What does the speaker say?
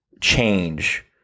change